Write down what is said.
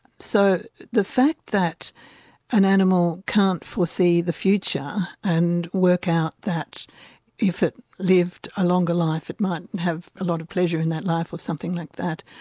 so the fact that an animal can't foresee the future and work out that if it lived a longer life it might have a lot of pleasure in that life, or something like that,